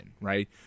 right